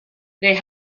they